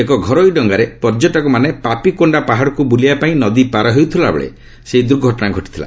ଏକ ଘରୋଇ ଡଙ୍ଗାରେ ପର୍ଯ୍ୟଟକମାନେ ପାପିକୋଷ୍ଣା ପାହାଡ଼କୁ ବୁଲିବାପାଇଁ ନଦୀ ପାରହେଉଥିବାବେଳେ ସେହି ଦୁର୍ଘଟଣା ଘଟିଥିଲା